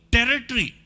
Territory